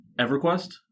EverQuest